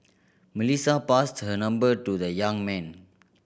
Melissa passed her number to the young man